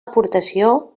aportació